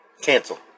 cancel